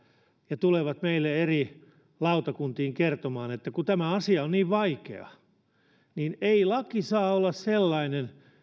ja tulevat meille eri lautakuntiin kertomaan että kun tämä asia on niin vaikea ei laki saa olla sellainen